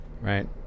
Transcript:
Right